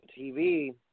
TV